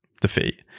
defeat